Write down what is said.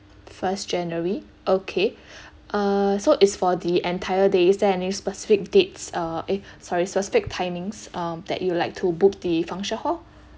first january okay uh so it's for the entire days then any specific dates uh eh sorry specific timings um that you'd like to book the function hall